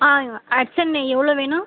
ஆ ஹட்சன் நெய் எவ்வளோ வேணும்